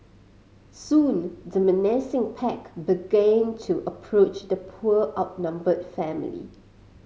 soon the menacing pack began to approach the poor outnumbered family